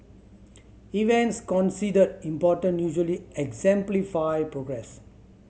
events considered important usually exemplify progress